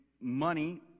money